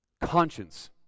Conscience